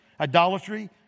Idolatry